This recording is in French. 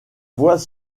voix